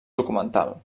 documental